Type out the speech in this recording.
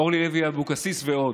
אורלי לוי אבקסיס, ועוד.